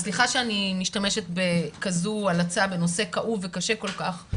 אז סליחה שאני משתמשת בכזו הלצה בנושא כאוב וקשה כל כך,